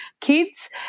kids